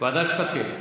ועדת הכספים?